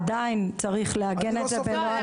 עדיין צריך לעגן את זה בנוהל מסודר.